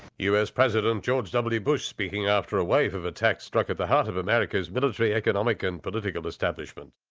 us president, george w. bush speaking after a wave of attacks struck at the heart of america's military, economic and political establishment.